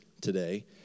today